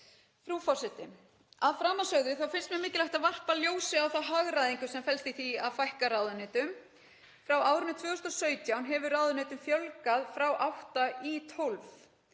Frú forseti. Að þessu sögðu þá finnst mér mikilvægt að varpa ljósi á þá hagræðingu sem felst í því að fækka ráðuneytum. Frá árinu 2017 hefur ráðuneytum fjölgað frá átta í tólf